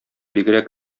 бигрәк